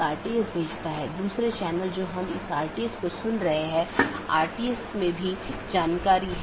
update message मूल रूप से BGP साथियों के बीच से रूटिंग जानकारी है